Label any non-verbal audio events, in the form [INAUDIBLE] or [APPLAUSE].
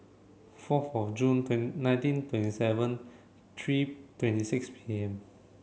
fourth Jun [UNINTELLIGIBLE] nineteen twenty seven three twenty six P M